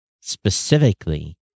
specifically